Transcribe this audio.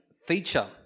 Feature